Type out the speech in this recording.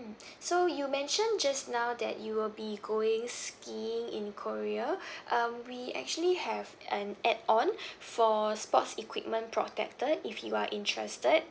mm so you mentioned just now that you will be going skiing in korea um we actually have an add on for sports equipment protector if you are interested